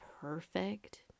perfect